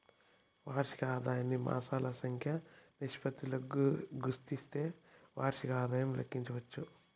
వార్షిక ఆదాయాన్ని మాసాల సంఖ్య నిష్పత్తితో గుస్తిస్తే వార్షిక ఆదాయం లెక్కించచ్చు